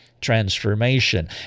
transformation